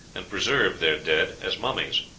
and preserved their dead as mummies.